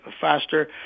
faster